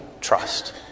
trust